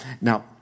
Now